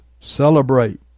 celebrate